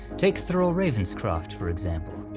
take thurl ravenscroft for example,